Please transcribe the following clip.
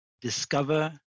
discover